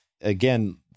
again